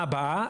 בשנה הבאה.